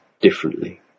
differently